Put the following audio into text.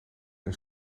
een